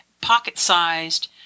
pocket-sized